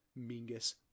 Mingus